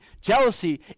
Jealousy